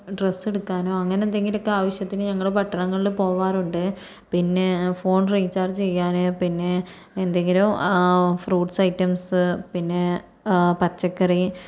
dress എടുക്കാനോ അങ്ങനെ എന്തെങ്കിലുമൊക്കെ ആവശ്യത്തിന് ഞങ്ങൾ പട്ടണങ്ങളിൽ പോകാറുണ്ട് പിന്നെ ഫോൺ റീചാർജ് ചെയ്യാന് പിന്നെ എന്തെങ്കിലും ഫ്രൂട്ട്സ് ഐറ്റംസ് പിന്നെ പച്ചക്കറി